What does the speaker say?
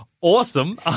Awesome